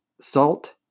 salt